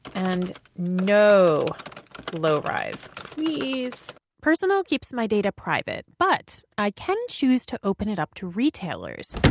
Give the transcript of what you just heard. and no low-rise please personal keeps my data private, but i can choose to open it up to retailers.